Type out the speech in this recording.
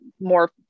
more